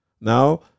Now